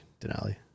Denali